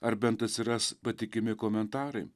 ar bent atsiras patikimi komentarai